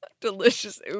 Delicious